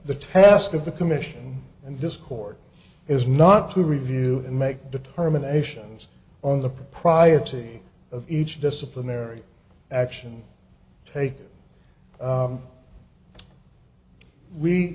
the task of the commission and discord is not to review and make determinations on the propriety of each disciplinary action taken we we